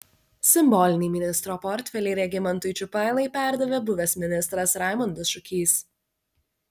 simbolinį ministro portfelį regimantui čiupailai perdavė buvęs ministras raimondas šukys